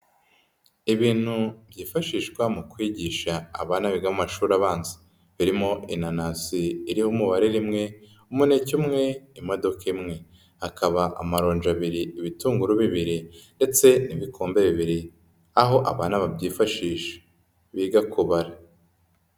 Ibintu byifashishwa mu kwigisha abana biga amashuri abanza, birimo inanasi iriho umubare rimwe, umuneke umwe, imodoka imwe, hakaba amaronja abiri, ibitunguru bibiri ndetse n'ibikombe bibiri aho abana babyifashi biga kubara.